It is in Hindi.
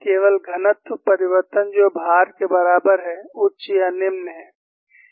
केवल घनत्व परिवर्तन जो भार के बराबर है उच्च या निम्न है